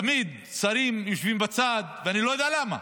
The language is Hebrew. תמיד שרים יושבים בצד, ואני לא יודע למה.